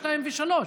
2, ו-3,